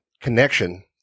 connection